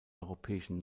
europäischen